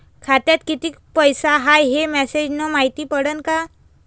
खात्यात किती पैसा हाय ते मेसेज न मायती पडन का?